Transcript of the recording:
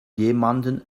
jemanden